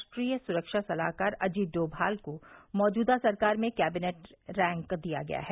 राष्ट्रीय सुरक्षा सलाहकार अजीत डोभाल को मौजूदा सरकार में कैबिनेट रैंक दिया गया है